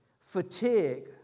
Fatigue